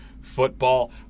football